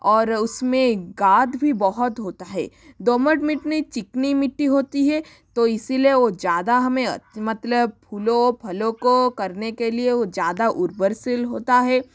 और उसमें गाद भी बहुत होता है दोमट मिट्टी चिकनी मिट्टी होती है तो इसीलिए वो ज़्यादा हमें मतलब फूलो फलों को करने के लिए वो ज़्यादा उर्वरक सील होता है